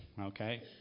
Okay